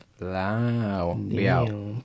Wow